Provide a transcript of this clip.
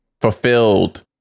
fulfilled